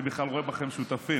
אני בכלל רואה בכם שותפים.